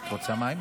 את רוצה מים?